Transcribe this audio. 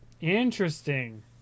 interesting